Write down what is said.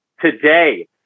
today